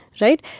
right